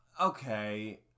okay